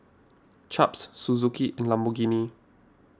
Chaps Suzuki and Lamborghini